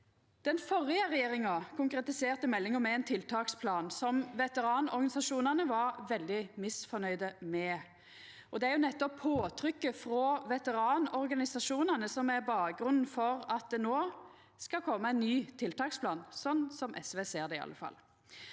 Den førre regjeringa konkretiserte meldinga med ein tiltaksplan som veteranorganisasjonane var veldig misfornøgde med. Det er nettopp påtrykket frå veteranorganisasjonane som er bakgrunnen for at det no skal koma ein ny tiltaksplan – sånn SV ser det, iallfall.